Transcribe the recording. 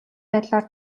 байдлаар